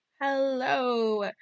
Hello